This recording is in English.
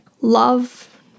Love